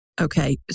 Okay